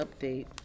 update